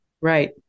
Right